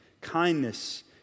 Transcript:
kindness